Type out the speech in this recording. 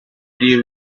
deal